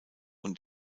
und